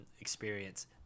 experience